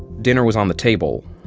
dinner was on the table.